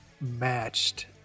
matched